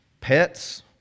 pets